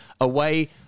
away